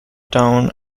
down